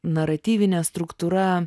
naratyvinė struktūra